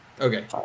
Okay